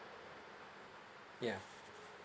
yeah